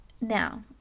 Now